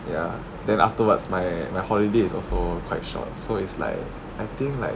ya then afterwards my my holiday is also quite short so is like I think like